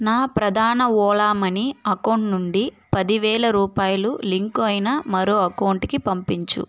నా ప్రధాన Ola money account నుండి పదివేల రూపాయలు లింకు అయిన మరో అకౌంటుకి పంపించు